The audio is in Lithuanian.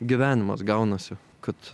gyvenimas gaunasi kad